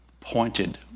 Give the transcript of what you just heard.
pointed